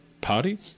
party